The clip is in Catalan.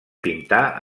pintar